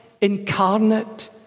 incarnate